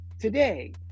Today